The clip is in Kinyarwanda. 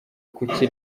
kuki